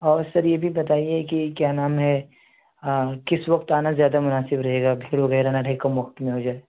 اور سر یہ بھی بتائیے کہ کیا نام ہے کس وقت آنا زیادہ مناسب رہے گا بھیڑ وغیرہ نہ رہے کم وقت میں ہو جائے